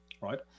right